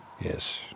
Yes